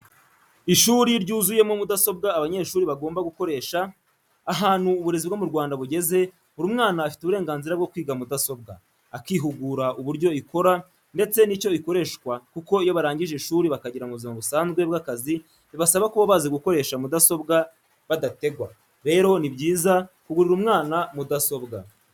Ishuri ryuzuyemo mudasobwa abanyeshuri bagomba gukoresha, ahantu uburezi bwo mu Rwanda bugeze buri mwana afite uburenganzira bwo kwiga mudasobwa, akihugura uburyo ikora n'icyo ikoreshwa kuko iyo barangije ishuri bakagera mu buzima busanzwe bw'akazi bibasaba kuba bazi gukoresha mudasobwa badategwa, rero ni byiza kugurira umwana mudasobwa.